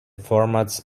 formats